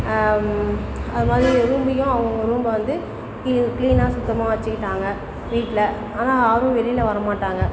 அவங்க வந்து ரூமையும் அவங்கவுங்க ரூமை வந்து கிளீன் கிளீனாக சுத்தமாக வச்சுக்கிட்டாங்க வீட்டில் ஆனால் யாரும் வெளியில வரமாட்டாங்க